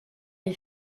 les